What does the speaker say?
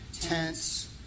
tents